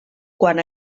quan